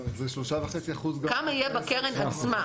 כמה יהיה בקרן עצמה?